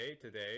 today